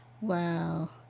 wow